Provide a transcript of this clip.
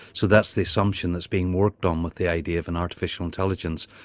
so that's the assumption that's being worked on with the idea of an artificial intelligence.